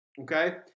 Okay